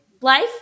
life